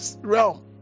realm